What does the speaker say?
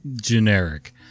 generic